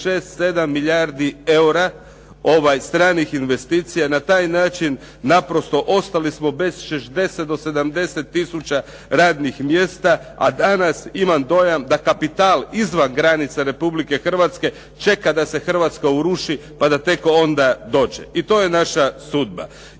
milijardi eura stranih investicija. Na taj način naprosto ostali smo bez 60 do 70 tisuća radnih mjesta, a danas imam dojam da kapital izvan granica Republike Hrvatske čeka da se Hrvatska uruši pa da tek onda dođe. I to je naša sudba.